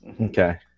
Okay